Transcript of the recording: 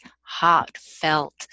heartfelt